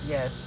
Yes